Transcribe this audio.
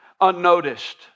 Unnoticed